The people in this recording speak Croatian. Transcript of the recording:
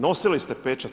Nosili ste pečat.